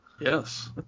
Yes